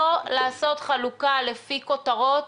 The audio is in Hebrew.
לא לעשות חלוקה לפי כותרות,